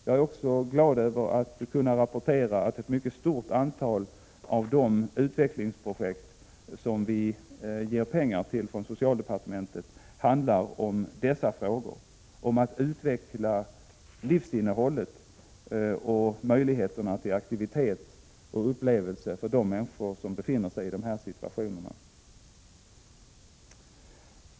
Jag är också glad över att kunna rapportera att ett mycket stort antal av de utvecklingsprojekt som vi ger pengar till från socialdepartementet handlar om dessa frågor, om att utveckla livsinnehållet och möjligheterna till aktivitet och upplevelser för de människor som befinner sig i de här situationerna.